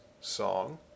song